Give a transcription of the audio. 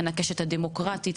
הקשת הדמוקרטית,